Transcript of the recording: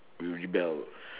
we will rebel